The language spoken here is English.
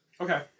Okay